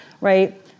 right